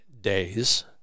days